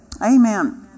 Amen